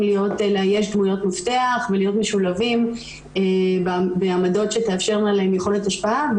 לאייש דמויות מפתח ולהיות משולבים בעמדות שתאפשרנה להם יכולת השפעה.